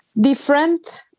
different